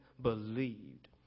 believed